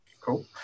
Cool